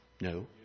No